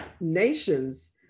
nations